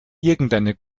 irgendeine